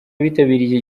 abitabiriye